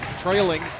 trailing